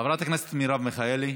חברת הכנסת מרב מיכאלי,